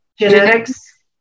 Genetics